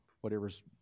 whatever's